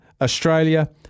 Australia